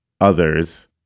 others